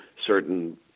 certain